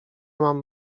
mam